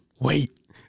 wait